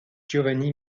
giovanni